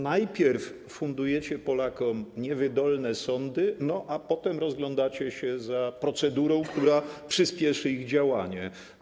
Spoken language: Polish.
Najpierw fundujecie Polakom niewydolne sądy, a potem rozglądacie się za procedurą, która przyspieszy ich działanie.